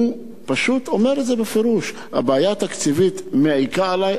הוא פשוט אומר את זה בפירוש: הבעיה התקציבית מעיקה עלי,